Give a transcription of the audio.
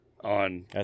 on